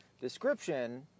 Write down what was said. description